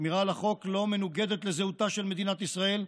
שמירה על החוק לא מנוגדת לזהותה של מדינת ישראל,